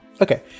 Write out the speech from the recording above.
Okay